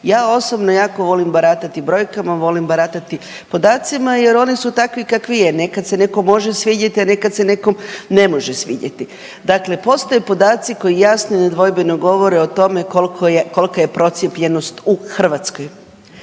Ja osobno jako volim baratati brojkama, volim baratati podacima jer oni su takvi kakvi je, nekad se nekom može svidjet, a nekad se nekom ne može svidjeti. Dakle, postoje podaci koji jasno i nedvojbeno govore o tome kolika je procijepljenost u Hrvatskoj